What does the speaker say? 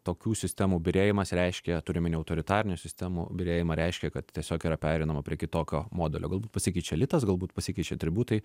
tokių sistemų byrėjimas reiškia turiu omeny autoritarinių sistemų byrėjimą reiškia kad tiesiog yra pereinama prie kitokio modelio galbūt pasikeičia elitas galbūt pasikeičia atributai